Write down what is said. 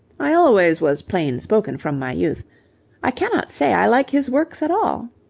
i always was plain-spoken from my youth i cannot say i like his works at all